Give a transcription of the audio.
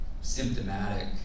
symptomatic